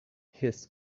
his